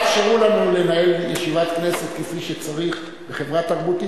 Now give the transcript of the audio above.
כאשר יאפשרו לנו לנהל ישיבת כנסת כפי שצריך בחברה תרבותית,